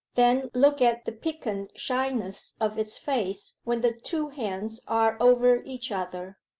then look at the piquant shyness of its face when the two hands are over each other.